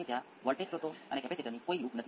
1 volt set થઈ શકે છે